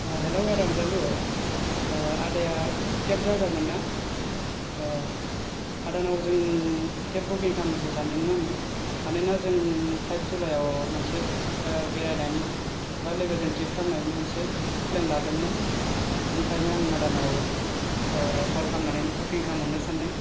hello आदा अनजालु आदाया केप द्राइभार मोनना अ' आदानाव जों केप भुखिं खालामनोसो सानदोंमोन मानोना जों फाइब जुलायाव मोनसे बेरायनायनि एबा लोगोजों थ्रिब खालामनायनि मोनसे प्लेन लादोंमोन बेनिखायनो आं आदानाव कल खालामनानैनो भुखिं खालामहरनो सानदों